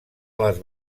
les